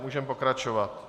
Můžeme pokračovat.